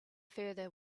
farther